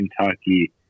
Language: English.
Kentucky